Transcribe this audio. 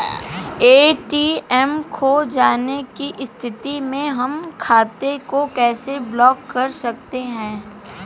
ATM खो जाने की स्थिति में हम खाते को कैसे ब्लॉक कर सकते हैं?